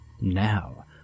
Now